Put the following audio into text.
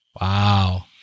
Wow